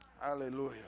Hallelujah